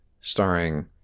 starring